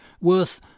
worth